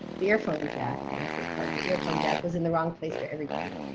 the earphone jack when i say plug, the earphone jack was in the wrong place for everybody.